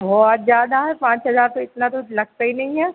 बहुत ज़्यादा है पाँच हज़ार तो इतना तो लगता ही नहीं है